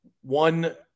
one